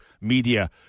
media